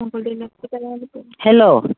hello